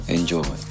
Enjoy